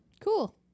Cool